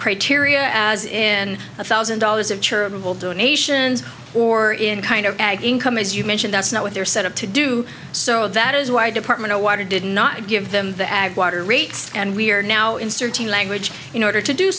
criteria as in a thousand dollars of charitable donations or in kind of ag income as you mention that's not what they're set up to do so that is why department of water did not give them the ag water rates and we are now inserting language in order to do